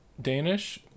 danish